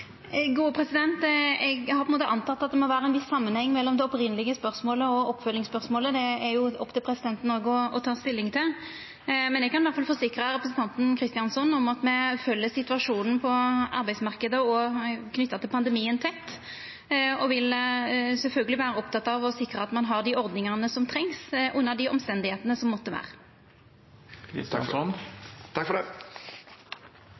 Eg har anteke at det må vera ein viss samanheng mellom det opphavlege spørsmålet og oppfølgingsspørsmålet – det er jo opp til presidenten òg å ta stilling til. Men eg kan iallfall forsikra representanten Kristjánsson om at me følgjer situasjonen på arbeidsmarknaden og knytt til pandemien tett, og vil sjølvsagt vera opptekne av å sikra at me har dei ordningane som trengst, under dei omstenda som måtte